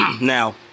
Now